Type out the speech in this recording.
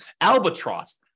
albatross